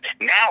now